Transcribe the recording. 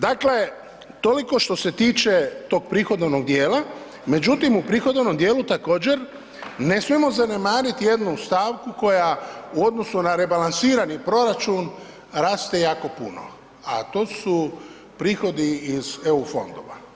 Dakle, toliko što se tiče tog prihodovnog dijela, međutim, u prihodovnom dijelu također, ne smijemo zanemariti jednu stavku koja u odnosu na rebalansirani proračun raste jako puno, a to su prihodi iz EU fondova.